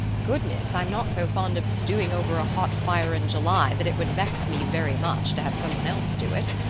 goodness, i'm not so fond of stewing over a hot fire in july that it would vex me very much to have someone else do it.